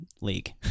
league